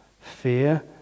fear